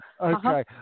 Okay